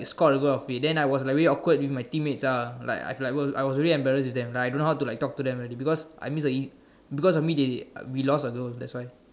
they scored over of me then I was very awkward with my teammates ah like I I was very embarrassed with them like I don't know how to like talk to them already because I miss a eas~ because of me they we lost a goal that's why